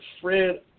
Fred